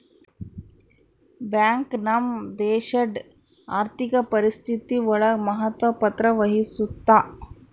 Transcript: bank ನಮ್ ದೇಶಡ್ ಆರ್ಥಿಕ ಪರಿಸ್ಥಿತಿ ಒಳಗ ಮಹತ್ವ ಪತ್ರ ವಹಿಸುತ್ತಾ